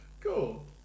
Cool